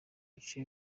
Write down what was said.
bice